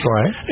Right